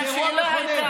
זה אירוע מכונן.